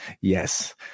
Yes